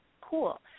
cool